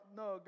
no